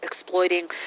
exploiting